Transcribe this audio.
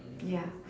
ya